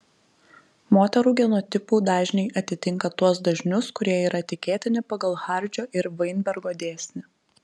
moterų genotipų dažniai atitinka tuos dažnius kurie yra tikėtini pagal hardžio ir vainbergo dėsnį